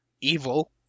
evil